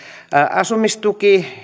asumistuki